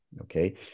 Okay